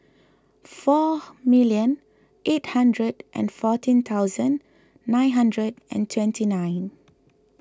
four million eight hundred and fourteen thousand nine hundred and twenty nine